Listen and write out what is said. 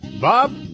Bob